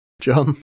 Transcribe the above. John